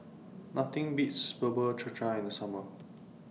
Nothing Beats Bubur Cha Cha in The Summer